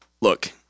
look